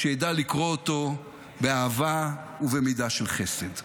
שידע לקרוא אותו באהבה ובמידה של חסד.